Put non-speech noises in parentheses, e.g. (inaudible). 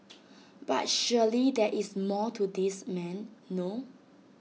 (noise) but surely there is more to this man no